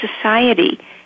society